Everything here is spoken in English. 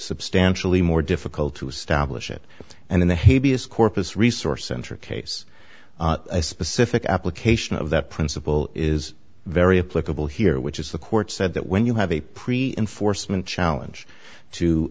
substantially more difficult to establish it and in the heaviest corpus resource center case a specific application of that principle is very a political here which is the court said that when you have a pre enforcement challenge to